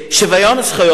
שוויון זכויות,